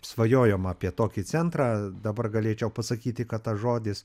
svajojom apie tokį centrą dabar galėčiau pasakyti kad tas žodis